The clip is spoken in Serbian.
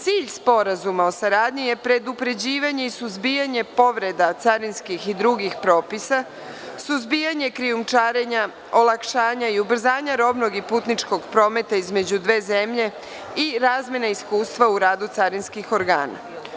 Cilj sporazuma o saradnji je predupređivanje i suzbijanje povreda carinskih i drugih propisa, suzbijanje krijumčarenja, olakšanja i ubrzanja robnog i putničkog prometa između dve zemlje i razmene iskustva u radu carinskih organa.